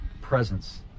presence